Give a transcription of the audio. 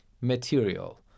material